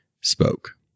spoke